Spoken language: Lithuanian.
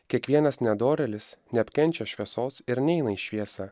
kiekvienas nedorėlis neapkenčia šviesos ir neina į šviesą